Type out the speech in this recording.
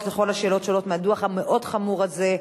על כל השאלות שעולות מהדוח המאוד-חמור הזה.